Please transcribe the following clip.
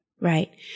Right